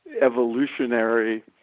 evolutionary